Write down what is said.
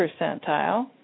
percentile